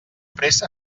pressa